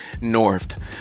North